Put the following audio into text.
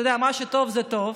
אתה יודע, מה שטוב, זה טוב.